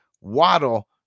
Waddle